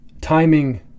Timing